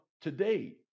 today